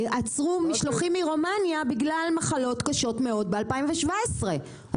עצרו משלוחים מרומניה בגלל מחלות קשות מאוד ב- 2017,